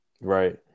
Right